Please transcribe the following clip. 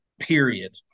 period